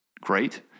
great